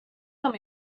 tell